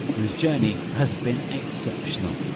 who's journey has been exceptional.